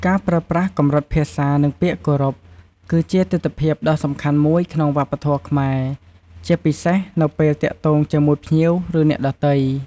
ការប្រើប្រាស់កម្រិតភាសា និងពាក្យគោរព គឺជាទិដ្ឋភាពដ៏សំខាន់មួយក្នុងវប្បធម៌ខ្មែរ ជាពិសេសនៅពេលទាក់ទងជាមួយភ្ញៀវ ឬអ្នកដទៃ។